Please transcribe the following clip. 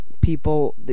people